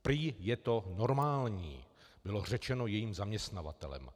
Prý je to normální, bylo řečeno jejím zaměstnavatelem.